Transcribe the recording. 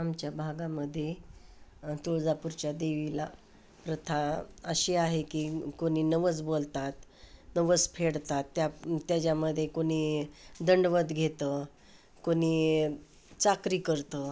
आमच्या भागामध्ये तुळजापूरच्या देवीला प्रथा अशी आहे की कोणी नवस बोलतात नवस फेडतात त्या त्याच्यामध्ये कोणी दंडवत घेतं कोणी चाकरी करतं